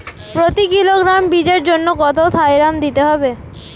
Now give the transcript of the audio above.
প্রতি কিলোগ্রাম বীজের জন্য কত থাইরাম দিতে হবে?